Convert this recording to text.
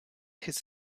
his